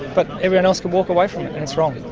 but everyone else could walk away from it and it's wrong.